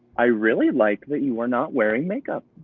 i really like that you are not wearing makeup.